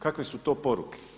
Kakve su to poruke?